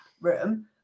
room